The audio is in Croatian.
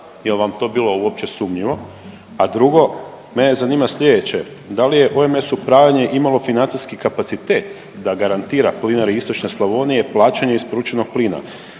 jel' vam to uopće bilo sumnjivo? A drugo, mene zanima sljedeće da li je OMS upravljanje imalo financijski kapacitet da garantira Plinari istočna Slavonija plaćanje isporučenog plina?